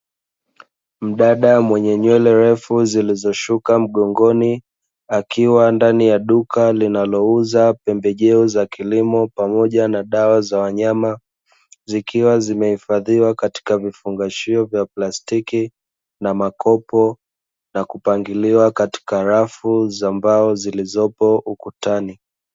Mdada mwenye nywele ndefu zilizoshuka mgongoni, akiwa ndani ya duka linalouza pembejeo za kilimo pamoja na dawa za wanyama zikiwa zimehifadhiwa katika chupa za lailoni na makopo na kupangiliwa katika rafu za mbao zilizopo ukutani.